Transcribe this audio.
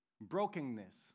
Brokenness